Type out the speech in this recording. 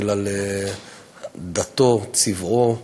בגלל דתו, צבעו,